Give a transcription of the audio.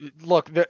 Look